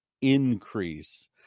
increase